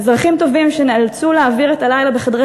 אזרחים טובים שנאלצו להעביר את הלילה בחדרי